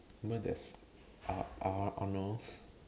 remember there's Ar~ Ar~ Arnolds